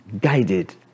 guided